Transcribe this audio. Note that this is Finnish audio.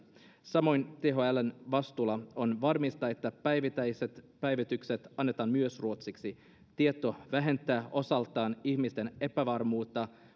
samoin thln vastuulla on varmistaa että päivittäiset päivitykset annetaan myös ruotsiksi tieto vähentää osaltaan ihmisten epävarmuutta